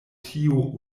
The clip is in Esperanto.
tio